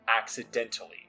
accidentally